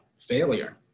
failure